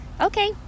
okay